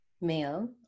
Male